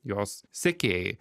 jos sekėjai